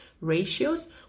ratios